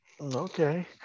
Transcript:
Okay